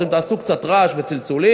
אתם תעשו קצת רעש וצלצולים,